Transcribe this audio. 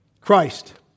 Christ